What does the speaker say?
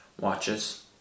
watches